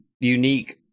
unique